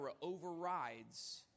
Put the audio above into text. overrides